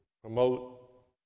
promote